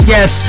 Yes